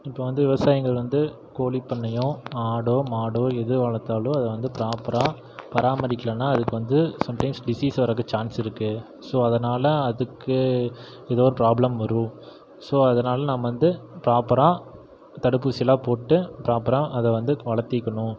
இப்போ வந்து விவசாயங்கள் வந்து கோழிப்பண்ணையும் ஆடோ மாடோ எது வளர்த்தாலும் அது வந்து பிராப்பராக பராமரிக்கலன்னா அதுக்கு வந்து சம்டைம்ஸ் டிசீஸ் வரக்கு ச்சான்ஸ் இருக்கு ஸோ அதனால் அதுக்கு ஏதோ ஒரு பிராப்ளம் வரும் ஸோ அதனால் நம்ம வந்து பிராப்பராக தடுப்பூசிலாம் போட்டு பிராப்பராக அதை வந்து வளர்த்திக்கணும்